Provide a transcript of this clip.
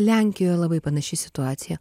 lenkijoj labai panaši situacija